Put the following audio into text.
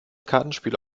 kartenspiel